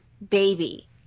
Baby